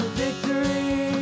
victory